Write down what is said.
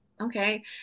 okay